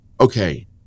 okay